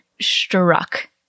struck